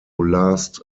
last